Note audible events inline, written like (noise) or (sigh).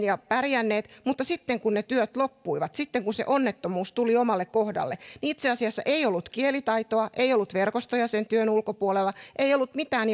(unintelligible) ja pärjänneet mutta sitten kun ne työt loppuivat sitten kun se onnettomuus tuli omalle kohdalle niin itse asiassa ei ollut kielitaitoa ei ollut verkostoja sen työn ulkopuolella ei ollut mitään (unintelligible)